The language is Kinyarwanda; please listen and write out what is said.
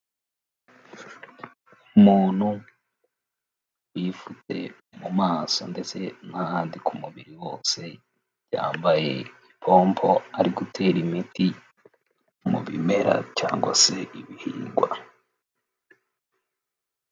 Umuntu wipfutse mu maso ndetse n'ahandi ku mubiri wose, yambaye ipombo, ari gutera imiti mu bimera cyangwa se ibihingwa.